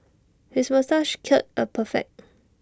his moustache curl A perfect